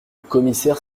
commissaire